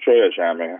šioje žemėje